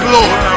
Lord